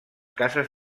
cases